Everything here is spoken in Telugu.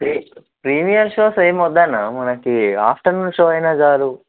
ప్రీమియర్ షోస్ ఏమి వద్దన్న మనకు ఆఫ్టర్నూన్ షో అయిన చాలు